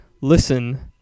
listen